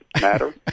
matter